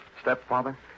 Stepfather